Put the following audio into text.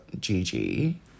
Gigi